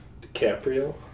DiCaprio